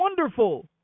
wonderful